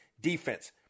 defense